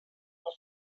hat